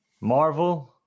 Marvel